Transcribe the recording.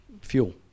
fuel